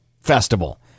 festival